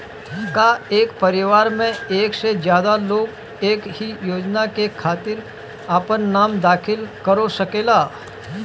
का एक परिवार में एक से ज्यादा लोग एक ही योजना के खातिर आपन नाम दाखिल करा सकेला?